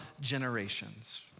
generations